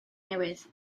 newydd